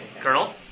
Colonel